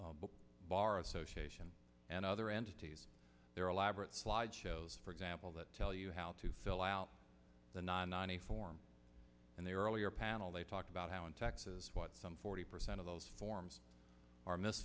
op bar association and other entities there are labrat slideshows for example that tell you how to fill out the ninety form and the earlier panel they talk about how in texas what some forty percent of those forms are miss